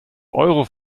euro